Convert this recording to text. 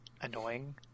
annoying